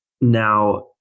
Now